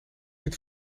niet